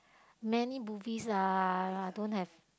many movies lah don't have